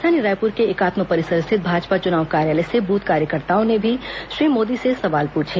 राजधानी रायपुर के एकात्म परिसर स्थित भाजपा चुनाव कार्यालय से बूथ कार्यकर्ताओं ने भी श्री मोदी से सवाल पूछे